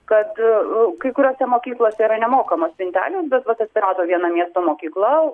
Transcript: kad kai kuriose mokyklose yra nemokamos spintelės bet vat atsirado viena miesto mokykla